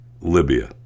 Libya